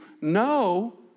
no